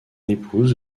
épouse